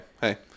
hey